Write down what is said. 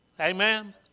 Amen